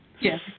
Yes